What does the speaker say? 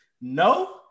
no